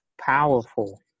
powerful